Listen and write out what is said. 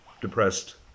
depressed